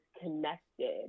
connected